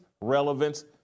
relevance